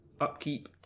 Upkeep